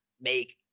make